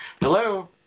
Hello